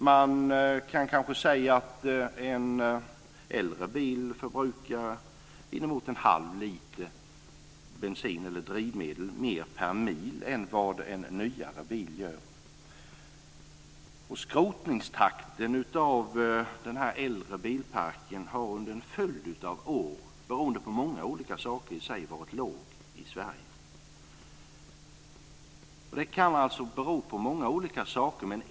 Man kan kanske säga att en äldre bil förbrukar inemot en halv liter bensin eller drivmedel mer per mil än vad en nyare bil gör. Skrotningstakten har under en följd av år varit låg i Sverige. Det kan bero på många olika saker.